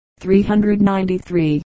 393